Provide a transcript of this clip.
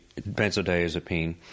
benzodiazepine